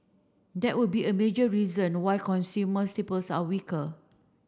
that would be a major reason why consumer staples are weaker